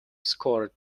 scored